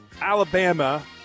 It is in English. Alabama